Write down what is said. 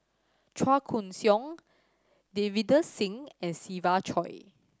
Chua Koon Siong Davinder Singh and Siva Choy